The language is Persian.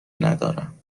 ندارم